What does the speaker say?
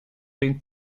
den